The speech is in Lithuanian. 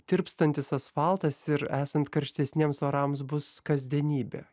tirpstantis asfaltas ir esant karštesniems orams bus kasdienybė